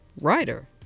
writer